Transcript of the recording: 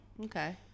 Okay